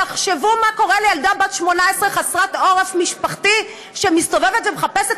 תחשבו מה קורה לילדה בת 18 חסרת עורף משפחתי שמסתובבת ומחפשת